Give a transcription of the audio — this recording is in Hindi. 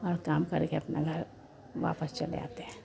और काम करके अपने घर वापस चले आते हैं